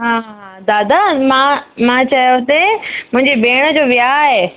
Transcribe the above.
हा हा दादा मां मां चयो पिए मुंहिंजी भेण जो विहांव आहे